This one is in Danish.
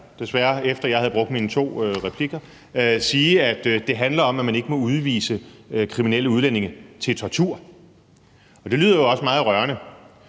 desværre efter jeg havde brugt mine to replikker, sige, at det handler om, at man ikke må udvise kriminelle udlændinge til tortur, og det lyder jo også meget rørende,